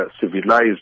civilized